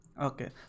Okay